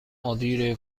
مدیر